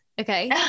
Okay